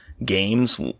games